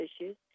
issues